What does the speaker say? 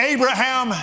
Abraham